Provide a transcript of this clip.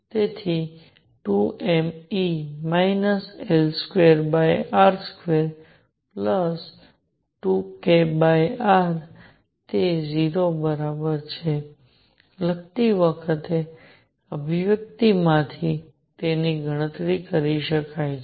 તેથી 2mE L2r22kr તે 0 બરાબર છે લખતી વખતે અભિવ્યક્તિ માંથી તેની ગણતરી કરી શકાય છે